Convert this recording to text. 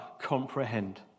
comprehend